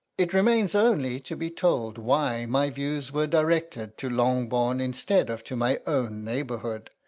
it remains only to be told why my views were directed to longbourn instead of to my own neighbourhood.